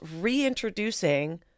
reintroducing